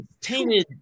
tainted